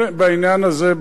שאין בעניין הזה,